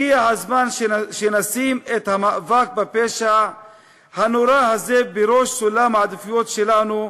הגיע הזמן שנשים את המאבק בפשע הנורא הזה בראש סולם העדיפויות שלנו,